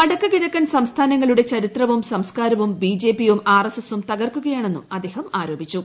വടക്ക് കിഴക്കൻ സംസ്ഥാനങ്ങളുടെ ചരിത്രവും സംസ്കാരവും ബി ജെ പിയും ആർ എസ് എസും തകർക്കുകയാണെന്നും അദ്ദേഹം ആരോപിച്ചു